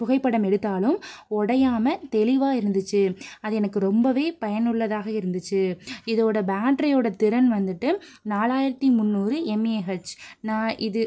புகைப்படம் எடுத்தாலும் உடையாம தெளிவாக இருந்துச்சு அது எனக்கு ரொம்பவே பயனுள்ளதாக இருந்துச்சு இதோட பேட்டரியோட திறன் வந்துட்டு நாலாயிரத்தி முன்னூறு எம்ஏஹெச் நான் இது